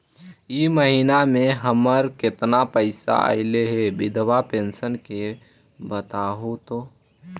इ महिना मे हमर केतना पैसा ऐले हे बिधबा पेंसन के बताहु तो?